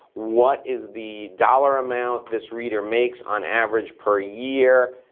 what is the dollar amount this reader makes on average per year,